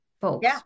folks